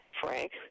Frank